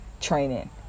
Training